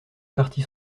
partis